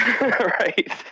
Right